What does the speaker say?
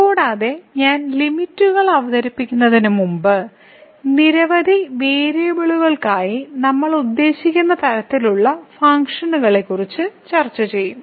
കൂടാതെ ഞാൻ ലിമിറ്റുകൾ അവതരിപ്പിക്കുന്നതിനുമുമ്പ് നിരവധി വേരിയബിളുകൾക്കായി നമ്മൾ ഉദ്ദേശിക്കുന്ന തരത്തിലുള്ള ഫംഗ്ഷനുകളെക്കുറിച്ചും ചർച്ച ചെയ്യും